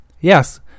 Yes